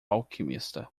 alquimista